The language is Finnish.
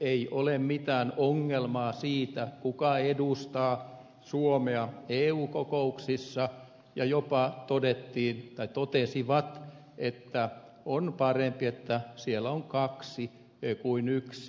ei ole mitään ongelmaa siitä kuka edustaa suomea eu kokouksissa ja he jopa totesivat että on parempi että siellä on kaksi kuin yksi